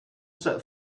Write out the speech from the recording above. set